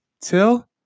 Till